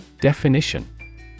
Definition